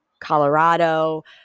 Colorado